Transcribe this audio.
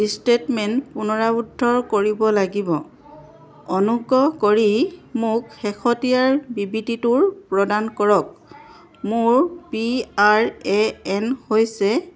statement পুনৰুদ্ধাৰ কৰিব লাগিব অনুগ্ৰহ কৰি মোক শেহতীয়া বিবৃতিটো প্ৰদান কৰক মোৰ পি আৰ এ এন হৈছে